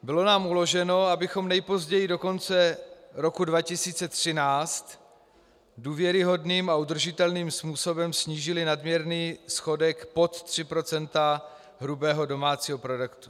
Bylo nám uloženo, abychom nejpozději do konce roku 2013 důvěryhodným a udržitelným způsobem snížili nadměrný schodek pod 3 % hrubého domácího produktu.